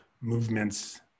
movements